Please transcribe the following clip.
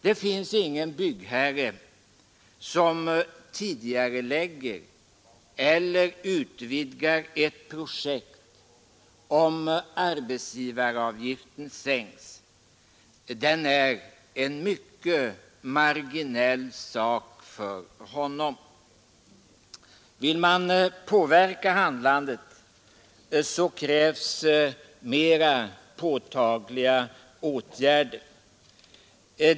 Det finns ingen byggherre som tidigarelägger eller utvidgar ett projekt om arbetsgivaravgiften sänks. Den är en mycket marginell sak för honom. Vill man påverka handlandet, så krävs mera påtagliga åtgärder.